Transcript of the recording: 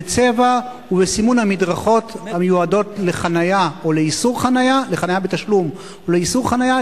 בצבע ובסימון המדרכות המיועדות לחנייה בתשלום או לאיסור חנייה.